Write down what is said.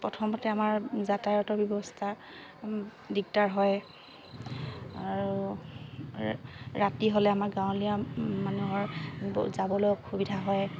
প্ৰথমতে আমাৰ যাতায়তৰ ব্যৱস্থা দিগদাৰ হয় আৰু ৰাতি হ'লে আমাৰ গাঁৱলীয়া মানুহৰ যাবলৈ অসুবিধা হয়